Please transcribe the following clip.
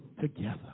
together